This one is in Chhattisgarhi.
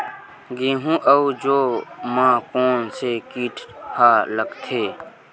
गेहूं अउ जौ मा कोन से कीट हा लगथे?